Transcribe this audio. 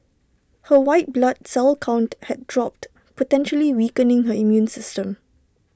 her white blood cell count had dropped potentially weakening her immune system